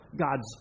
God's